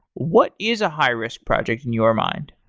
what is a high-risk project in your mind?